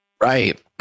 Right